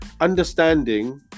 understanding